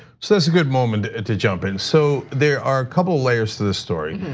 so that's a good moment to jump in. so there are a couple of layers to this story.